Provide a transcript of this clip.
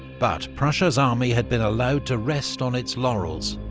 but prussia's army had been allowed to rest on its laurels.